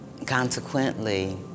Consequently